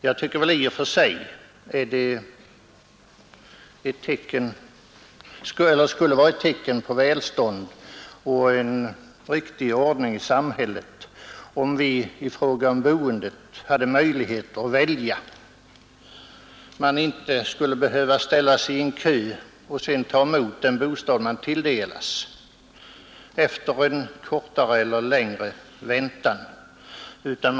Jag tycker att det i och för sig skulle vara ett tecken på välstånd och en riktig ordning i samhället om vi i fråga om boendet hade möjligheter att välja; om man inte behövde ställa sig i en kö och sedan ta emot den bostad man tilldelas efter en kortare eller längre väntan.